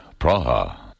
Praha